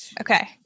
Okay